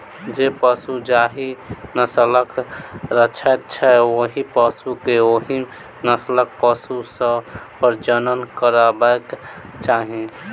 जे पशु जाहि नस्लक रहैत छै, ओहि पशु के ओहि नस्लक पशु सॅ प्रजनन करयबाक चाही